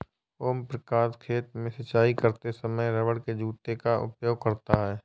ओम प्रकाश खेत में सिंचाई करते समय रबड़ के जूते का उपयोग करता है